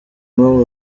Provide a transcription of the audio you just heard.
nuevo